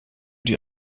die